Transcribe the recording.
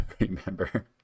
remember